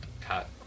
Cut